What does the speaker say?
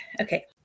Okay